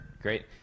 Great